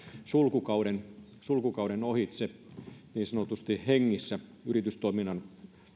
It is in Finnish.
sulkukauden sulkukauden ohitse niin sanotusti hengissä yritystoiminnan